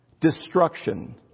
Destruction